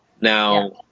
Now